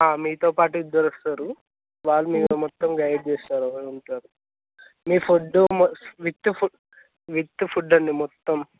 మీతో పాటు ఇద్దరు వస్తారు వాళ్ళు మీకు మొత్తం గైడ్ చేస్తారు వాళ్ళంత మీ ఫుడ్ విత్ ఫు విత్ ఫుడ్ అండి మొత్తం